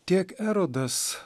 tiek erodas